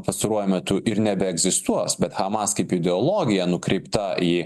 pastaruoju metu ir nebeegzistuos bet hamas kaip ideologija nukreipta į